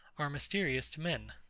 are mysterious to men.